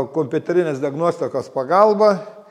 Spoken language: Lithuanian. kompiuterinės diagnostikos pagalba